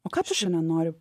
o ką tu šiandien nori